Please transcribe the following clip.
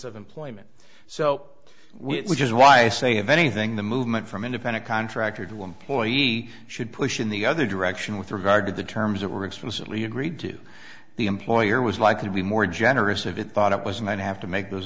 of employment so we just why i say if anything the movement from independent contractor to employee should push in the other direction with regard to the terms that were explicitly agreed to the employer was likely to be more generous of it thought it was and then have to make those